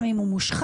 גם אם הוא מושחת.